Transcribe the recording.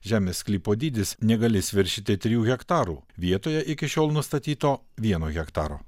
žemės sklypo dydis negalės viršyti trijų hektarų vietoje iki šiol nustatyto vieno hektaro